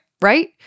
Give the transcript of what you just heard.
right